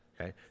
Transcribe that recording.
Okay